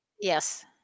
Yes